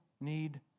need